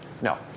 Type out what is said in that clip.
No